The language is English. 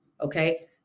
Okay